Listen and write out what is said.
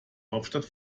hauptstadt